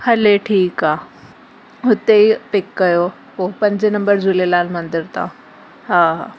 हले ठीकु आहे हुते ई पिक कयो पोइ पंजें नंबर झूलेलाल मंदर तां हा हा